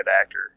actor